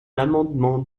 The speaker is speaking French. l’amendement